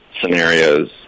scenarios